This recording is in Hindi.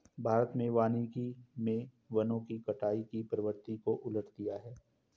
भारत में वानिकी मे वनों की कटाई की प्रवृत्ति को उलट दिया है